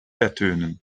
ertönen